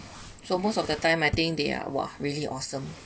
so most of the time I think they are !wah! really awesome